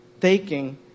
taking